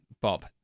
Bob